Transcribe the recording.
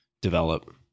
develop